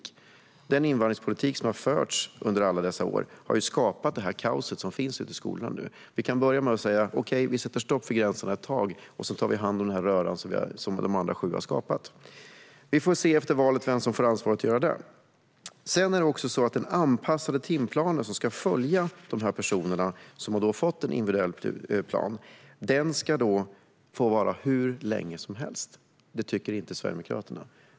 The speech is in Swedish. Den invandringspolitik som har förts under alla dessa år har ju skapat det kaos som finns ute i skolorna nu. Vi kan börja med att säga: Okej, vi sätter stopp vid gränserna ett tag och tar hand om röran som de andra sju har skapat. Vi får se efter valet vem som får ansvaret att göra det. Det föreslås också att den anpassade timplanen som ska följa de personer som har fått en individuell plan ska få vara hur länge som helst. Det tycker inte Sverigedemokraterna.